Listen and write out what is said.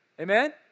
amen